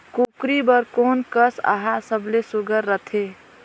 कूकरी बर कोन कस आहार सबले सुघ्घर रथे?